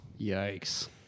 Yikes